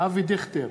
אבי דיכטר,